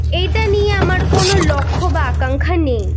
এটা নিয়ে আমার কোনো লক্ষ্য বা আকাঙ্ক্ষা নেই